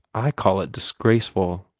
i call it disgraceful,